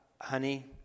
Honey